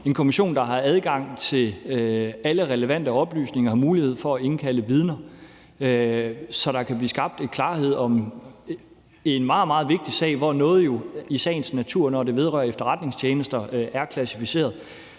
en kommission, der har adgang til alle de relevante oplysninger og har mulighed for at indkalde vidner, så der kan blive skabt en klarhed i en meget, meget vigtig sag, hvor noget jo i sagens natur, når det vedrører efterretningstjenester, er klassificeret.